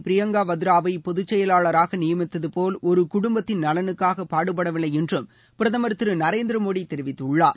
பிரியங்கா வத்ராவை பொதுச் செயலாளராக நியமித்தது போல் ஒரு குடும்பத்தின் நலனுக்காக பாடுபடவில்லை என்றும் பிரதமர் திரு நரேந்திர மோடி தெரிவித்துள்ளார்